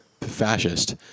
fascist